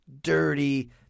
dirty